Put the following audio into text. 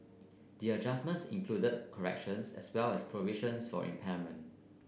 the adjustments included corrections as well as provisions for impairment